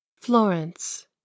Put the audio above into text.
Florence